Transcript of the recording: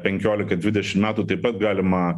penkiolika dvidešim metų taip pat galima